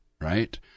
right